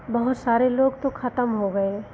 बहुत सारे लोग तो ख़त्म हो गए